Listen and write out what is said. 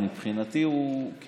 לפעמים זו התחושה שלי,